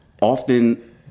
Often